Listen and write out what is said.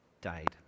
died